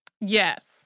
Yes